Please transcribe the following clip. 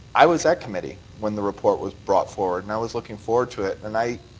i was at committee when the report was brought forward. and i was looking forward to it. and i